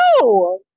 no